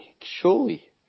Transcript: surely